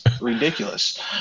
ridiculous